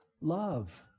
love